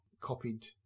copied